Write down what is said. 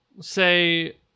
say